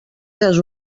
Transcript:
eres